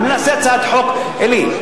אלי,